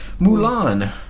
Mulan